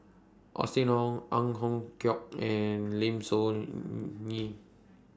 Austen Ong Ang Hiong Chiok and Lim Soo Ngee